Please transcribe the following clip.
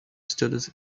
studies